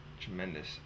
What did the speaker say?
tremendous